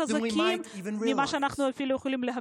חזקים יותר ממה שאנחנו סבורים.